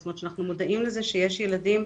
זאת אומרת שאנחנו מודעים לזה שיש ילדים,